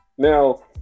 Now